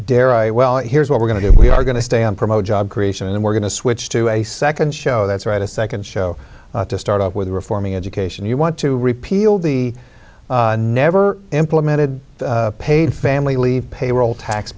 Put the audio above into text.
dare i well here's what we're going to do we are going to stay on promote job creation and we're going to switch to a second show that's right a second show to start out with a reforming education you want to repeal the never implemented paid family leave payroll tax